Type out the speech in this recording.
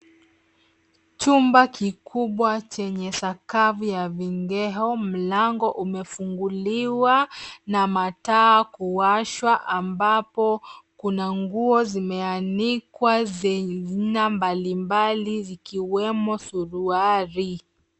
Chumba kikubwa chenye sakafu ya vigeo mlango umefunguliwa na mataa kuwashwa ambapo kuna nguo zimeanikwa za aina mbali mbali zikiwemo suruali.